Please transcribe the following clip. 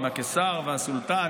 עם הקיסר והסולטן,